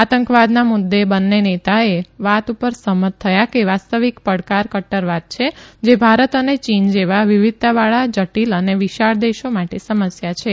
આતંકવાદના મુદ્દે બંને નેતા એ વાત ઉપર સફમત હતા કે વાસ્તવિક પડકાર કટ્ટરવાદ છે જે ભારત અને ચીન જેવા વિવિધતા જટીલ અને વિશાળ દેશો માટે સમસ્યા છે